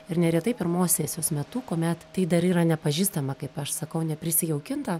ir neretai pirmos sesijos metu kuomet tai dar yra nepažįstama kaip aš sakau neprisijaukinta